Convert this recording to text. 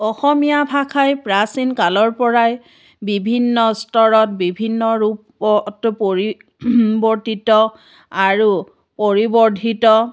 অসমীয়া ভাষাই প্ৰাচীন কালৰ পৰাই বিভিন্ন স্তৰত বিভিন্ন ৰূপত পৰি ৱৰ্তিত আৰু পৰিৱৰ্ধিত